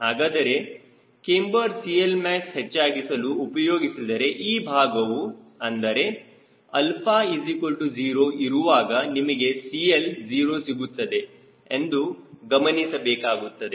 ಹಾಗಾದರೆ camber CLmax ಹೆಚ್ಚಾಗಿಸಲು ಉಪಯೋಗಿಸಿದರೆ ಈ ಭಾಗವು ಅಂದರೆ 0ಇರುವಾಗ ನಿಮಗೆ CL0 ಸಿಗುತ್ತದೆ ಎಂದು ಗಮನಿಸಬೇಕಾಗುತ್ತದೆ